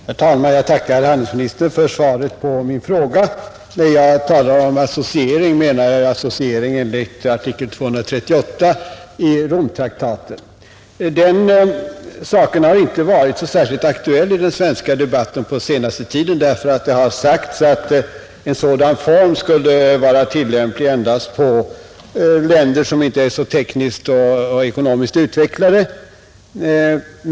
Herr talman! Jag tackar handelsministern för svaret på min fråga. När jag talar om associering menar jag associering enligt artikel 238 i Romtraktaten. Den saken har inte varit särskilt aktuell i den svenska debatten på senaste tiden därför att det har sagts att en sådan form skulle vara tillämplig endast på länder som inte är så tekniskt och ekonomiskt utvecklade.